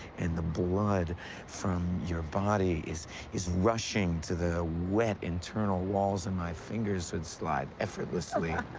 and the blood from your body is is rushing to the wet internal walls, and my fingers would slide effortlessly